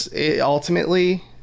Ultimately